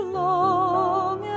long